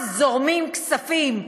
אז זורמים כספים,